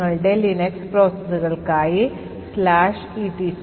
നിങ്ങളുടെ ലിനക്സ് processകൾക്കായി etcsysctl